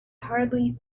hardly